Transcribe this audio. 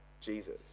Jesus